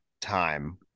time